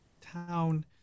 town